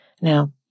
now